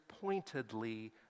pointedly